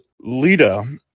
Lita